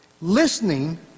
Listening